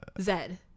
Zed